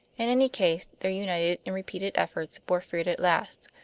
in any case, their united and repeated efforts bore fruit at last,